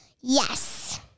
Yes